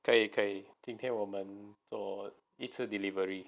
可以可以今天我们有一次 delivery